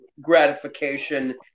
gratification